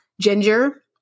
ginger